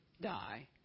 die